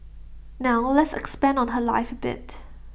now let's expand on her life A bit